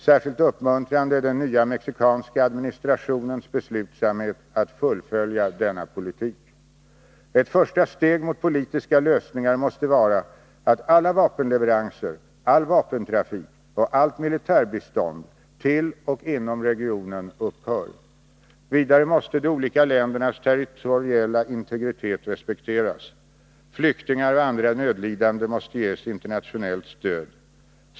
Särskilt uppmuntrande är den nya mexikanska administrationens beslutsamhet att fullfölja denna politik. Ett första steg mot politiska lösningar måste vara att alla vapenleveranser, all vapentrafik och allt militärbistånd till och inom regionen upphör. Vidare måste de olika ländernas territoriella integritet respekteras. Flyktingar och andra nödlidande måste ges internationellt stöd.